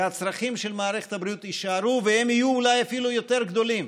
והצרכים של מערכת הבריאות יישארו והם יהיו אולי אפילו יותר גדולים,